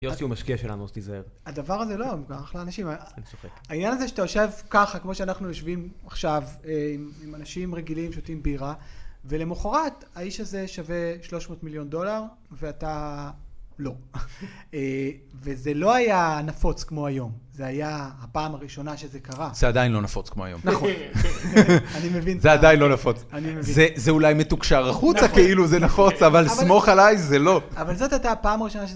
יוסי הוא משקיע שלנו, אז תיזהר. הדבר הזה לא, הוא, אחלה אנשים. אני צוחק. העניין הזה שאתה יושב ככה, כמו שאנחנו יושבים עכשיו, עם אנשים רגילים, שותים בירה, ולמחרת, האיש הזה שווה 300 מיליון דולר, ואתה... לא. וזה לא היה נפוץ כמו היום. זה היה הפעם הראשונה שזה קרה. זה עדיין לא נפוץ כמו היום. נכון. אני מבין. זה עדיין לא נפוץ. אני מבין. זה אולי מתוקשר החוצה כאילו זה נפוץ, אבל סמוך עלי זה לא. אבל זאת היתה הפעם הראשונה שזה